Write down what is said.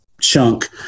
chunk